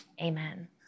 Amen